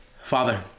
Father